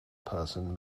person